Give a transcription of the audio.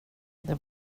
det